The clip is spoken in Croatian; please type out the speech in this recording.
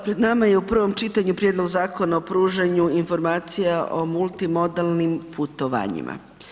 Pred nama je u prvom čitanju Prijedlog Zakona o pružanju informacija o multimodalnim putovanjima.